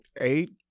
eight